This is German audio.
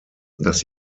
das